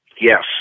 Yes